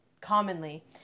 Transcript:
commonly